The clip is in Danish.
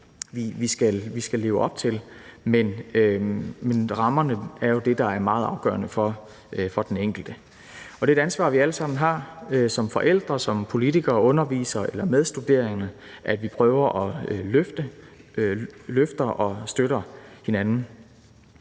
vi skal leve op til, men rammerne er jo det, der er meget afgørende for den enkelte. Og det er et ansvar, vi alle sammen har – som forældre, politikere, undervisere eller medstuderende – for at prøve at løfte og støtte hinanden.